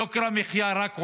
יוקר המחיה רק עולה,